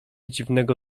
dziwnego